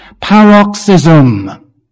paroxysm